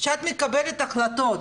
כשאת מקבלת החלטות